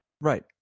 Right